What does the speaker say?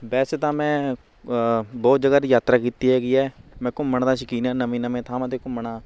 ਵੈਸੇ ਤਾਂ ਮੈਂ ਬਹੁਤ ਜਗ੍ਹਾ ਦੀ ਯਾਤਰਾ ਕੀਤੀ ਹੈਗੀ ਹੈ ਮੈਂ ਘੁੰਮਣ ਦਾ ਸ਼ੌਕੀਨ ਹਾਂ ਨਵੀਂ ਨਵੇਂ ਥਾਵਾਂ 'ਤੇ ਘੁੰਮਣਾ